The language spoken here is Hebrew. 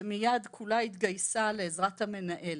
שמיד כולה התגייסה לעזרת המנהל,